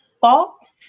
fault